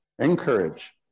encourage